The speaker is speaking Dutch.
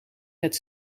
met